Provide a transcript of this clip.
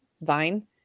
Vine